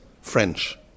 French